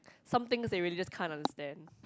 somethings they really just can't understand